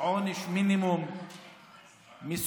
עונש מינימום מסוים,